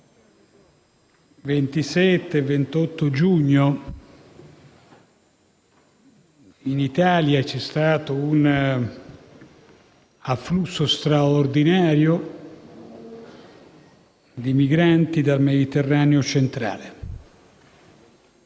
27 e 28 giugno in Italia c'è stato un afflusso straordinario di migranti dal Mediterraneo centrale: